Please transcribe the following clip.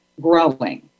growing